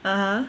(uh huh)